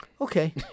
Okay